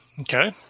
Okay